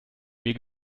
mir